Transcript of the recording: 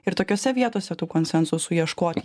ir tokiose vietose konsensusų ieškoti